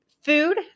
food